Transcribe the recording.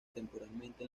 temporalmente